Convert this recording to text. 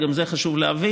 גם את זה חשוב להבין.